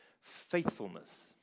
faithfulness